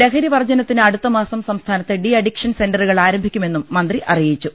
ലഹരിവർജ്ജനത്തിന് അടുത്തമാസം സംസ്ഥാനത്ത് de addiction സെന്ററുകൾ ആരംഭിക്കുമെന്നും മന്ത്രി അറിയിച്ചു